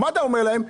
מה אתם אומרים להם?